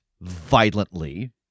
violently